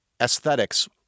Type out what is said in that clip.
aesthetics